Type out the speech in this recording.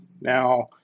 Now